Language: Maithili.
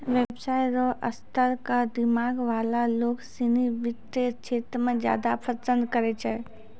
व्यवसाय र स्तर क दिमाग वाला लोग सिनी वित्त क्षेत्र क ज्यादा पसंद करै छै